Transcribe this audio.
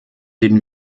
den